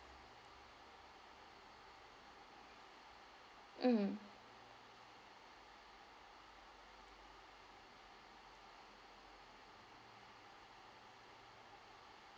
mmhmm